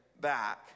back